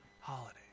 holiday